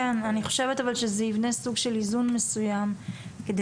אני חושבת אבל שזה יבנה סוג של איזון מסוים כדי